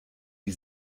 die